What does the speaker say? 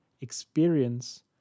experience